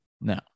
No